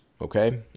okay